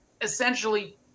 essentially